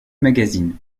magazine